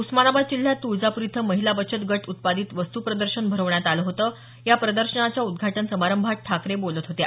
उस्मानाबाद जिल्ह्यात तुळजापूर इथं महिला बचत गट उत्पादित वस्तू प्रदर्शन भरवण्यात आल होतं या प्रदर्शनाच्या उद्घाटन समारंभात ठाकरे बोलत होत्या